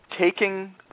Taking